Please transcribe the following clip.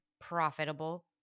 profitable